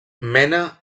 mena